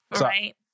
Right